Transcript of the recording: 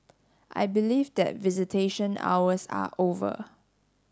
I believe that visitation hours are over